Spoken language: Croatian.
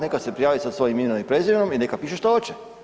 Neka se prijavi sa svojim imenom i prezimenom i neka piše što hoće.